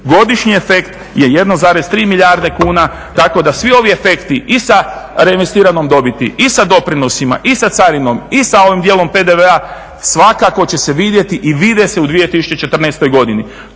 Godišnji efekt je 1,3 milijardi kuna tako da svi efekti i sa reinvestiranom dobiti i sa doprinosima i sa carinom i sa ovim dijelom PDV-a svakako će se vidjeti i vide se u 2014. godini.